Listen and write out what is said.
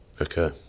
Okay